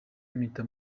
mpita